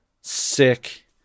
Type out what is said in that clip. sick